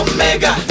Omega